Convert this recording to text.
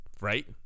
right